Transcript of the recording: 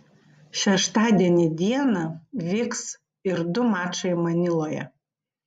šeštadienį dieną vyks ir du mačai maniloje